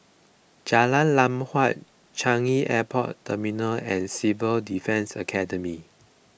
Jalan Lam Huat Changi Airport Terminal and Civil Defence Academy